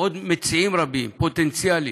עוד מציעים רבים, פוטנציאליים,